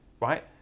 right